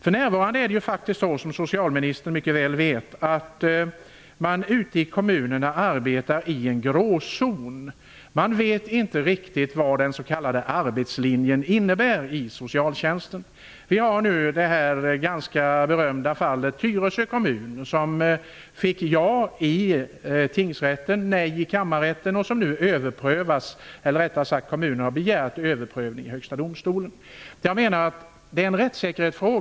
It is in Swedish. För närvarande är det faktiskt så, som socialministern mycket väl vet, att man ute i kommunerna arbetar i en gråzon. Man vet inte riktigt vad den s.k. arbetslinjen innebär inom socialtjänsten. Vi har det ganska berömda fallet med Tyresö kommun, som fick ja i tingsrätten, nej i kammarrätten och som nu har begärt överprövning i Högsta domstolen.